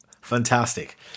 Fantastic